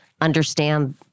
understand